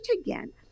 again